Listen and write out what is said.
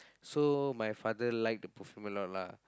so my father like the perfume a lot lah